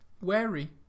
wary